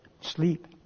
sleep